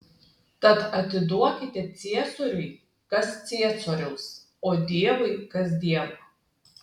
tad atiduokite ciesoriui kas ciesoriaus o dievui kas dievo